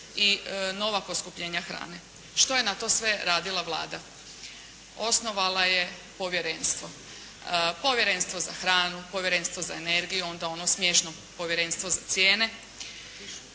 i nova poskupljenja hrane. Što je na to sve radila Vlada? Osnovala je povjerenstvo, Povjerenstvo za hranu, Povjerenstvo za energiju, onda ono smiješno Povjerenstvo za cijene.